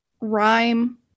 rhyme